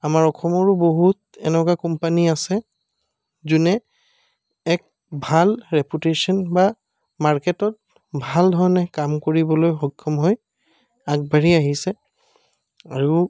আমাৰ অসমৰো বহুত এনেকুৱা কোম্পানী আছে যোনে এক ভাল ৰেপুটেশ্য়ন বা মাৰ্কেটত ভাল ধৰণে কাম কৰিবলৈ সক্ষম হৈ আগবাঢ়ি আহিছে আৰু